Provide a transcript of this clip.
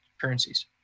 currencies